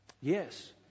Yes